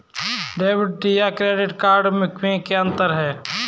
Debit या credit card में क्या अन्तर है?